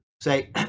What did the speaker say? Say